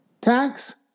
tax